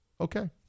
Okay